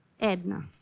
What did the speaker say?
Edna